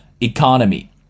economy